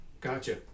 Gotcha